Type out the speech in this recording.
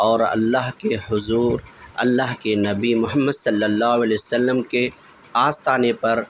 اور اللہ کے حضور اللہ کے نبی محمد صلی اللہ علیہ و سلم کے آستانے پر